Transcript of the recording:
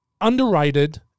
underrated